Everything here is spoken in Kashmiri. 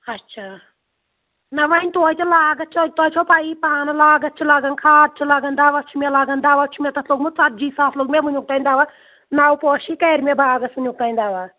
اچھا نہ وۄنۍ تویتہِ لاگَتھ چھو تۄہہِ چھو پَیی پانہٕ لاگتھ چھِ لگان کھاد چھُ لگان دوا چھُ مےٚ لگان دوا چھُ مےٚ تَتھ لوٚگمُت ژَتجی ساس لوٚگ مےٚ وٕنیُک تام دوا نَو پوشی کَرِ مےٚ باغَس وٕنیُک تام دوا